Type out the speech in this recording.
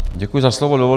Děkuji za slovo.